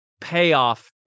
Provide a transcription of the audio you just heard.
payoff